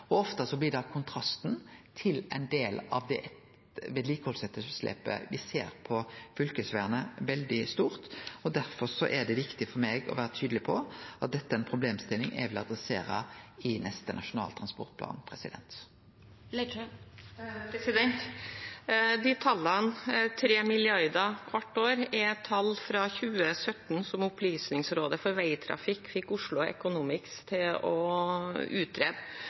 og ofte blir kontrasten til ein del av det vedlikehaldsetterslepet me ser på fylkesvegane, veldig stor. Derfor er det viktig for meg å vere tydeleg på at dette er ei problemstilling eg vil adressere i neste Nasjonal transportplan. De tallene – 3 mrd. kr hvert år – er tall fra 2017, som Opplysningsrådet for veitrafikken fikk Oslo Economics til å utrede.